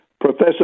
Professor